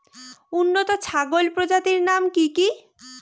উন্নত ছাগল প্রজাতির নাম কি কি?